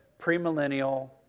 premillennial